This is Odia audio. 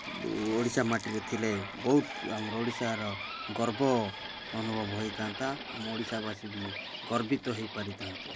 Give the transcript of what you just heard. ଓଡ଼ିଶା ମାଟିରେ ଥିଲେ ବହୁତ ଆମର ଓଡ଼ିଶାର ଗର୍ବ ଅନୁଭବ ହୋଇଥାନ୍ତା ଆମ ଓଡ଼ିଶାବାସୀ ବି ଗର୍ବିତ ହୋଇପାରିଥାନ୍ତେ